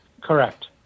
correct